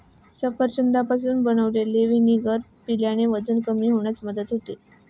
सफरचंदापासून बनवलेले व्हिनेगर प्यायल्याने वजन कमी होण्यास मदत होते